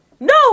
No